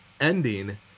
ending